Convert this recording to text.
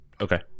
Okay